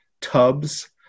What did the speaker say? tubs